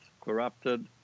corrupted